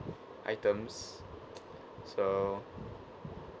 items so